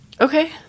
okay